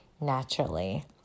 naturally